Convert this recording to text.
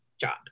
job